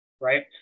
right